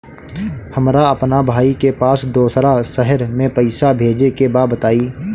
हमरा अपना भाई के पास दोसरा शहर में पइसा भेजे के बा बताई?